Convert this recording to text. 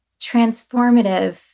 transformative